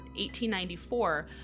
1894